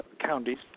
counties